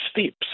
steps